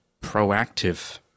proactive